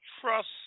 Trust